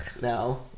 No